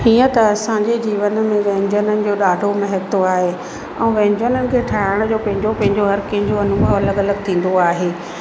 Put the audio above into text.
हीअं त असांजे जीवन में व्यंजननि जो ॾाढो महत्व आहे ऐं व्यंजननि खे ठाहिण जो पंहिंजो पंहिंजो हर कंहिंजो अनुभव अलॻि अलॻि थींदो आहे